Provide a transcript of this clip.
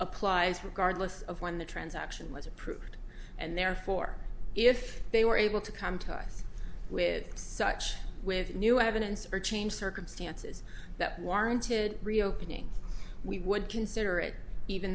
regardless of when the transaction was approved and therefore if they were able to come ties with such with new evidence or change circumstances that warranted reopening we would consider it even